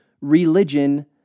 religion